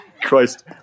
Christ